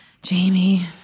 Jamie